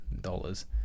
dollars